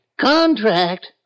Contract